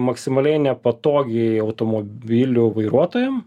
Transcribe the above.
maksimaliai nepatogiai automobilių vairuotojam